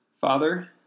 Father